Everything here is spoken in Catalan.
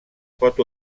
pot